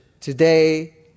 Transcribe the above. today